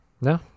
No